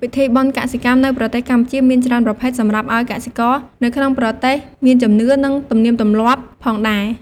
ពិធីបុណ្យកសិកម្មនៅប្រទេសកម្ពុជាមានច្រើនប្រភេទសម្រាប់អោយកសិករនៅក្នុងប្រទេសមានជំនឿនិងទំលៀមទម្លាប់ផងដែរ។